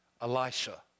Elisha